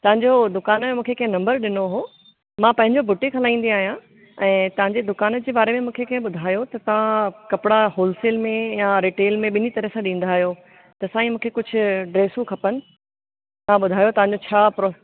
तव्हां जो दुकान जो मूंखे कंहिं नम्बर ॾिनो हो मां पंहिंजो बुटीक हलाईंदी आहियां ऐं तव्हां जे दुकान जे बारे में मूंखे कंहिं ॿुधायो त तव्हां कपिड़ा होलसेल में या रिटेल में ॿिनी तरह सां ॾींदा आयो त साईं मूंखे कुझु ड्रेसूं खपनि तव्हां ॿुधायो तव्हां जो छा प्रो